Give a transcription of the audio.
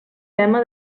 tema